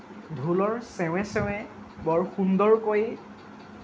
ঢোলৰ চেৱে চেৱে বৰ সুন্দৰকৈ